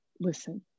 listen